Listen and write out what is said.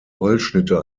holzschnitte